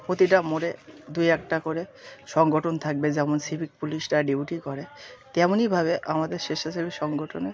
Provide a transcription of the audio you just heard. প্রতিটা মোড়ে দু একটা করে সংগঠন থাকবে যেমন সিভিক পুলিশরা ডিউটি করে তেমনইভাবে আমাদের স্বেচ্ছাসেবী সংগঠনে